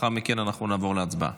לאחר מכן אנחנו נעבור להצבעה.